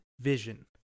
vision